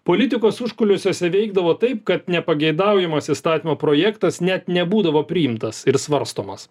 politikos užkulsiuose veikdavo taip kad nepageidaujamas įstatymo projektas net nebūdavo priimtas ir svarstomas